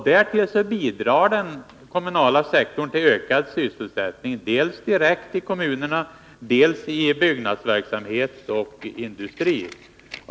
Därtill bidrar den kommunala sektorn till ökad sysselsättning dels direkt i kommunerna, dels i byggnadsverksamhet och industri.